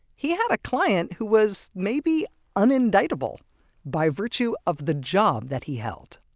he had a client who was maybe unindictable by virtue of the job that he held